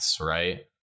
right